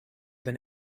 than